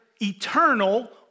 eternal